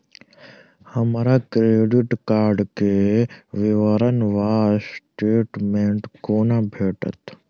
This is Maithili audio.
हमरा क्रेडिट कार्ड केँ विवरण वा स्टेटमेंट कोना भेटत?